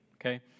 okay